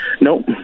Nope